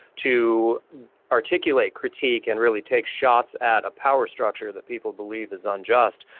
to articulate, critique and really take shots at a power structure that people believe is unjust,